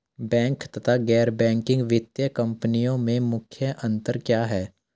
Bank तथा गैर banking वित्तीय कंपनियों में मुख्य अंतर क्या है?